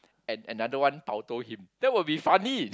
and another one bao toh him that would be funny